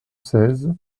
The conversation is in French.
seize